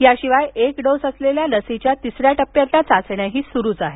याशिवाय एक डोस असलेल्या लसीच्या तिसऱ्या टप्प्यातल्या चाचण्याही सुरुच आहेत